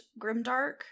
Grimdark